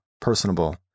personable